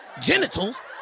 genitals